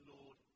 Lord